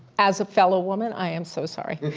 as a fellow woman, i am so sorry.